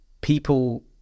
People